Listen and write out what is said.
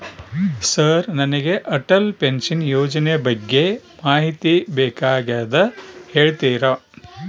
Sir ನನಗೆ Atal pension ಯೋಜನೆ ಬಗ್ಗೆ ಮಾಹಿತಿ ಬೇಕಾಗ್ಯದ ಹೇಳ್ತೇರಾ?